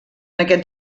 aquest